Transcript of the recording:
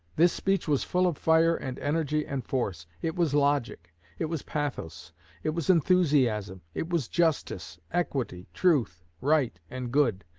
this speech was full of fire and energy and force it was logic it was pathos it was enthusiasm it was justice, equity, truth, right, and good,